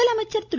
முதலமைச்சர் திரு